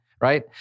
right